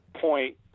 point